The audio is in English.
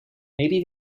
maybe